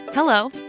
Hello